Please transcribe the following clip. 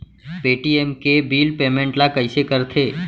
Paytm के bill payment ल कइसे करथे?